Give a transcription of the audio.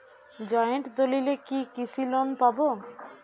Joint দলিলে কি কৃষি লোন পাব?